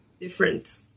different